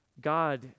God